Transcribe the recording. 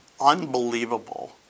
unbelievable